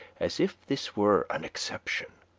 as if this were an exception.